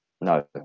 No